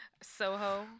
Soho